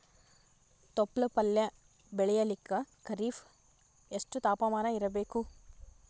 ತೊಪ್ಲ ಪಲ್ಯ ಬೆಳೆಯಲಿಕ ಖರೀಫ್ ಎಷ್ಟ ತಾಪಮಾನ ಇರಬೇಕು?